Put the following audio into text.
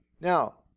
Now